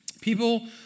People